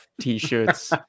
T-shirts